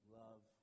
love